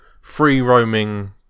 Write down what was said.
free-roaming